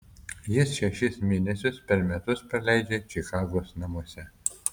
jis šešis mėnesius per metus praleidžia čikagos namuose